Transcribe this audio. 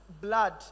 blood